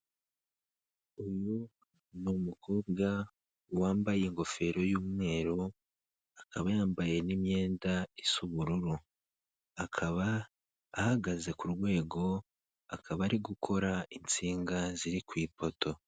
Uyu ni umukobwa wambaye ingofero y'umweru, akaba yambaye n'imyenda isa ubururu, akaba ahagaze ku rwego, akaba ari gukora insinga ziri ku ipoto.